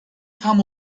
tam